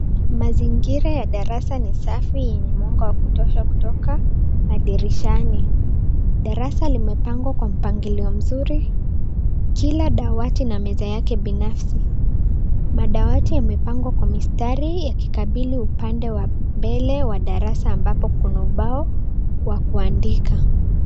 Mazingira ya darasa ni safi yenye mwanga wa kutosha kutoka madirishani. Darasa limepangwa kwa mpangilio mzuri kila dawati na meza yake binafsi. Madawati yamepangwa kwa mistari yakikabili upanfe wa darasa ambapo kuna ubao wa kuandika.